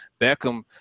Beckham